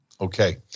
Okay